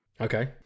Okay